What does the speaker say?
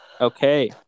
Okay